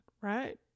right